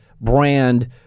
brand